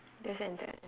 just entered